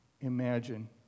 imagine